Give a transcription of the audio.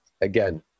again